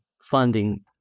funding